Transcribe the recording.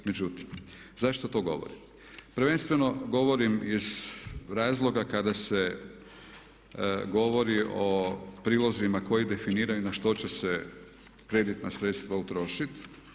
Međutim, zašto to govorim, prvenstveno govorim iz razloga kada se govori o prilozima koji definiraju na što će se kreditna sredstva utrošiti.